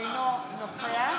אינו נוכח